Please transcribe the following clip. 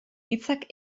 hitzak